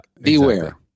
beware